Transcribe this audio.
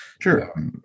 sure